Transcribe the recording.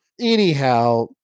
Anyhow